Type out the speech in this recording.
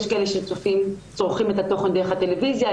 יש כאלה שצורכים את התוכן דרך הטלוויזיה,